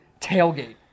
tailgate